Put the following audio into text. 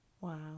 Wow